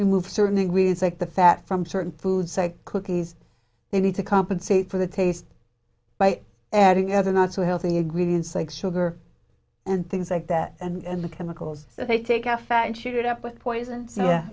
remove certain we take the fat from certain foods like cookies they need to compensate for the taste by adding other not so healthy ingredients like sugar and things like that and the chemicals so they take out fat and shoot it up with poison